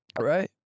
Right